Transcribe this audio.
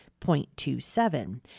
0.27